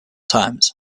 times